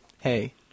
Hey